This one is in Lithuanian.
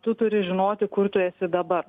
tu turi žinoti kur tu esi dabar